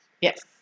Yes